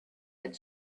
had